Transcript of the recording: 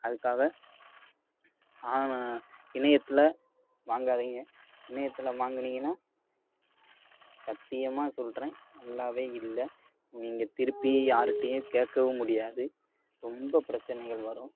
அதுக்காக இணையத்தில் வாங்காதிங்க இணையத்தில் வாங்குனிங்கனா சத்தியமாக சொல்கிறேன் நல்லா இல்லை நீங்கள் திருப்பி யாருகிட்டையும் கேட்கவும் முடியாது ரொம்ப பிரச்சனைகள் வரும்